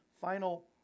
final